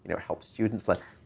know, help students, like,